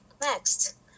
Next